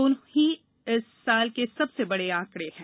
दोनों ही इस साल के सबसे बड़े आंकड़े हैं